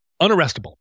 unarrestable